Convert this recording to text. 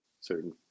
certain